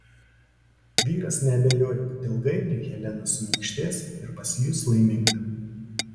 vyras neabejojo kad ilgainiui helena suminkštės ir pasijus laiminga